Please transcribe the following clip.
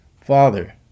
Father